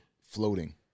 Floating